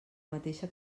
mateixa